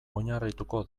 oinarrituko